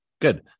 Good